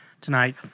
tonight